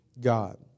God